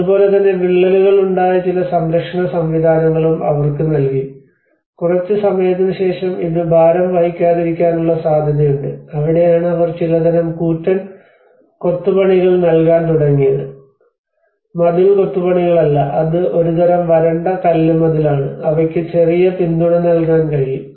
അതുപോലെ തന്നെ വിള്ളലുകൾ ഉണ്ടായ ചില സംരക്ഷണ സംവിധാനങ്ങളും അവർക്ക് നൽകി കുറച്ച് സമയത്തിന് ശേഷം ഇത് ഭാരം വഹിക്കാതിരിക്കാനുള്ള സാധ്യതയുണ്ട് അവിടെയാണ് അവർ ചിലതരം കൂറ്റൻ കൊത്തുപണികൾ നൽകാൻ തുടങ്ങിയത് മതിൽ കൊത്തുപണികളല്ല അത് ഒരുതരം വരണ്ട കല്ല് മതിലാണ് അവയ്ക്ക് ചെറിയ പിന്തുണ നൽകാൻ കഴിയും